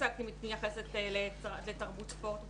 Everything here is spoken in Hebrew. ספורט ופנאי.